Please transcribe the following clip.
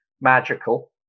magical